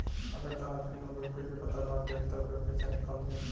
अगर तहार PIN number कोई के पता लाग गइल त कोई भी पइसा निकाल ली